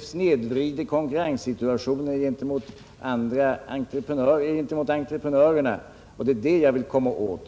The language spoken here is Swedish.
snedvrider konkurrenssituationen gentemot entreprenörerna, och det är det jag vill komma åt.